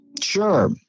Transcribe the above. Sure